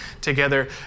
together